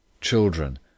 Children